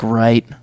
right